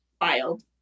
wild